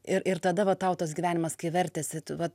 ir ir tada va tau tas gyvenimas kai vertėsi vat